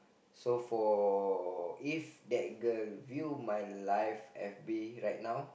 so for if that girl view my life F_B right now